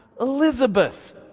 Elizabeth